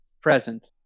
present